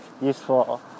useful